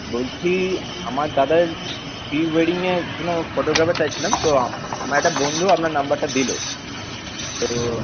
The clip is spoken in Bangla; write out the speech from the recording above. বলছি আমার দাদার প্রিওয়েডিংয়ের জন্য ফটোগ্রাফার চাইছিলাম তো আমার একটা বন্ধু আপনার নম্বরটা দিলো তো